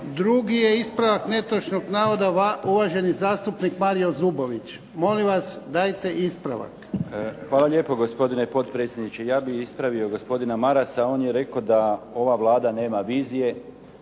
Drugi je ispravak netočnog navoda uvaženi zastupnik Mario Zubović. Molim vas, dajte ispravak. **Zubović, Mario (HDZ)** Hvala lijepo gospodine potpredsjedniče. Ja bih ispravio gospodina Marasa. On je rekao da ova Vlada nema vizije,